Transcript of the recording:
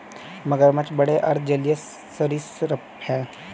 मगरमच्छ बड़े अर्ध जलीय सरीसृप हैं